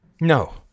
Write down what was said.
No